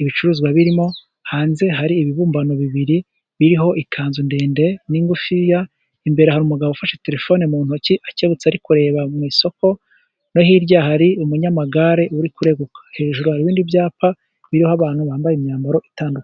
ibicuruzwa birimo, hanze hari ibibumbano bibiri biriho ikanzu ndende n'ingutiya. Imbere hari umugabo ufashe telefoni mu ntoki akebutse areba mu isoko, no hirya hari umunyamagare uri kureba hejuru. Ibindi byapa biriho abantu bambaye imyambaro itandukanye.